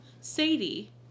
Sadie